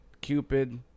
Cupid